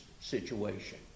situation